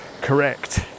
correct